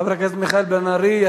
תודה לחבר הכנסת מיכאל בן-ארי.